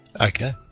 Okay